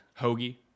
Hoagie